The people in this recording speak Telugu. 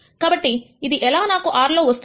కాబట్టి ఇది ఎలా నాకు R లో వస్తుంది